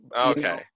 Okay